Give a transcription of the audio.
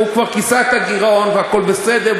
הוא כבר כיסה את הגירעון והכול בסדר,